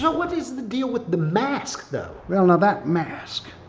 what is the deal with the mask though? well now that mask.